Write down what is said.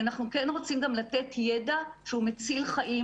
כי אנחנו כן רוצים גם לתת ידע שהוא מציל חיים